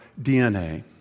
DNA